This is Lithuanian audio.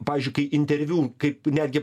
pavyzdžiui kai interviu kaip netgi